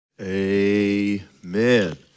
Amen